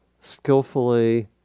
skillfully